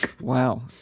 Wow